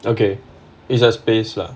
okay it's a space lah